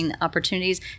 opportunities